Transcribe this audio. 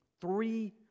three